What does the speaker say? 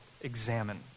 examine